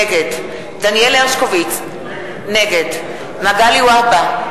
נגד דניאל הרשקוביץ, נגד מגלי והבה,